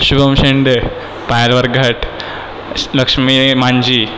शुभम शेंडे पायल वरघट लक्ष्मीनी मांझी